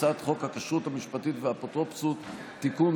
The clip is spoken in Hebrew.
הצעת חוק הכשרות המשפטית והאפוטרופסות (תיקון,